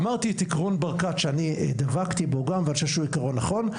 אמרתי את עקרון ברקת שאני דבקתי בו גם ואני חושב שהוא עיקרון נכון,